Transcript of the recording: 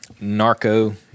narco